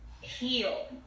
heal